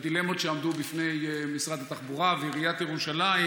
בדילמות שעמדו בפני משרד התחבורה ועיריית ירושלים